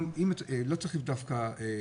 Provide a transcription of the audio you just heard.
לא צריך דווקא גרוטאה,